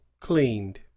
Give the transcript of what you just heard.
cleaned